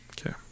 Okay